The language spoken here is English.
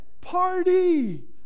Party